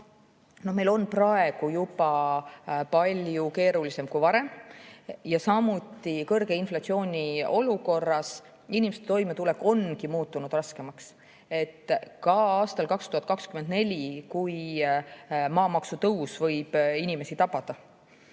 meil praegu juba palju keerulisem kui varem. Kõrge inflatsiooni olukorras on inimeste toimetulek muutunud raskemaks. Ka aastal 2024, kui maamaksu tõus võib inimesi tabada,